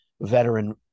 veteran